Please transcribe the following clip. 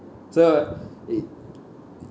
so